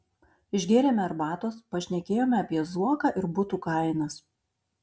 išgėrėme arbatos pašnekėjome apie zuoką ir butų kainas